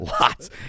Lots